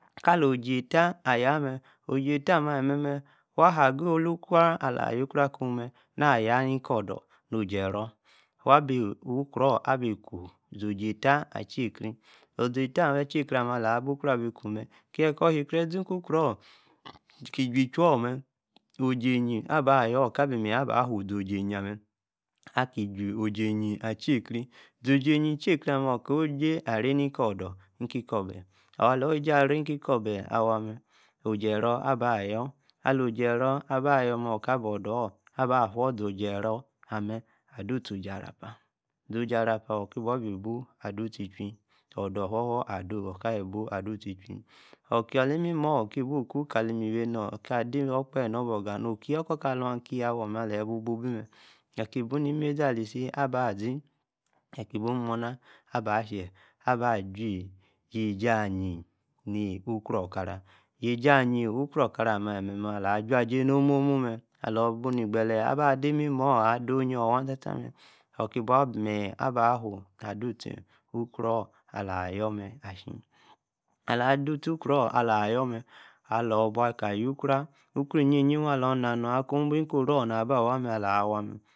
kaa-Lo-oji-atta. ayamee. oji-atta. amee-alí mee-waa-ahaa. aggo-olukro. alor-ayokro-kumee naa-ayaa ní-ki odor. oji-ero. waa bí okro-orr abí kuu. no-oji-atta. atekrri. oji-atta atekrri amee. alaah bukro. abi kuu mee. kiee kor shekree. jie iku-kroor. ki jie-ichui-orr-mee. oji-ayie. abayor. okaa bí-meyie aba-whoo. zo-ojí-ayíe. amee. aka-ki juu oji-ayie. Attie-krri. zo-oji-ayie attire-krri okor awey. aj̄e. arre ni-kor-odor. ní-kí korbahíe. alor-wey ej̄ie. array ni-ki-kor-bahíe. awaa-mee. oji-ero aba-ayor. alo-oji ero. aba-ayor mee. okaa. abu-odor. aba-fuo-zee oj̄i-ero. adotiê-oj̄i arrapa. zee-oj̄i arrapa oki-bua bī-bu. adu-ttie. ichui. odor-ofua-tua ka-doo. ka-bi bu adu-ttie ichui. oka-límimor ka-bi-kuu. ka-li-miwinor. ka-bí-kuu. ador-okpahe. nobe-oga. no-kior-okor-ka. aluu aki. awor. ommee. aliye. ibu-bi-mee. ee-yi tee-buu ní. mazii. ali-si. aba-zee. aki buu. munna. aba yíee. aba-aj́u. yieji ayíe. yieji-okro okara. yíeji ayíe. okro-okara. amme. alí-mme. alor ajua-eĵie no-mumu. mee alor bi. negbele. abi-dadí-ímimee-moor. ada. oyior. waa tataa. mee. orr tee bua. bi-meyin-aba-fuu. aj̄u-uttee okro. alor-ayor mee. alor. adu-ttee okro-or. alor. ayor mee. alor bua. kaa yuu-kro. oro. iyíe-yīe waa alor. naa-nor. akuu bí nkoro. na-awaa mee.